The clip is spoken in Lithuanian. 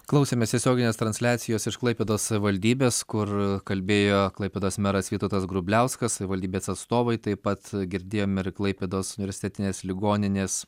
klausėmės tiesioginės transliacijos iš klaipėdos savivaldybės kur kalbėjo klaipėdos meras vytautas grubliauskas savivaldybės atstovai taip pat girdėjome ir klaipėdos universitetinės ligoninės